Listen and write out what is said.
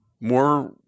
more